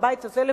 בבית הזה לפחות,